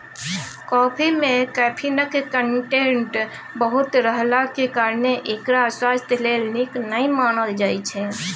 coffee मे कैफीनक content बहुत रहलाक कारणेँ एकरा स्वास्थ्य लेल नीक नहि मानल जाइ छै